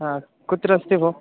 हा कुत्र अस्ति भोः